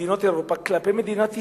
במדינות אירופה, כלפי מדינת ישראל,